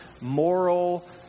moral